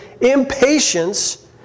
impatience